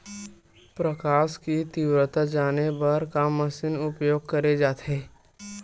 प्रकाश कि तीव्रता जाने बर का मशीन उपयोग करे जाथे?